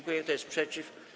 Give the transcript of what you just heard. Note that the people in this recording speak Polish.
Kto jest przeciw?